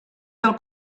del